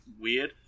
weird